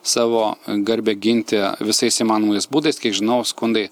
savo garbę ginti visais įmanomais būdais kiek žinau skundai